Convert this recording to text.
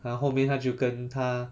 然后后面他就跟他